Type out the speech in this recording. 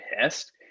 pissed